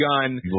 gun